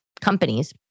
companies